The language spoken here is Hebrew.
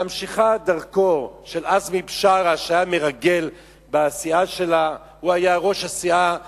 ממשיכה של עזמי בשארה מהסיעה שלה שהיה מרגל; הוא היה ראש סיעת בל"ד.